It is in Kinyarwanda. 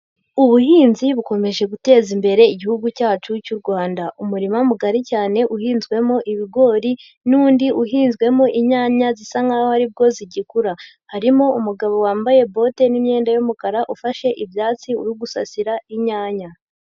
Ubuhinzi bukomeje guteza imbere igihugu cyacu cy'u Rwanda. Umurima mugari cyane uhinzwemo ibigori n'undi uhinzwemo inyanya zisa nk'aho aribwo zigikura; harimo umugabo wambaye bottes n'imyenda y'umukara, ufashe ibyatsi, uri gusasira inyanya.